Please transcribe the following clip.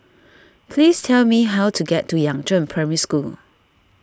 please tell me how to get to Yangzheng Primary School